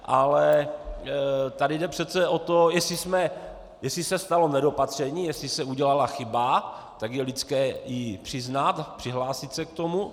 Ale tady jde přece o to, jestli se stalo nedopatření, jestli se udělala chyba, tak je lidské ji přiznat, přihlásit se k tomu.